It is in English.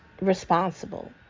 responsible